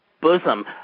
bosom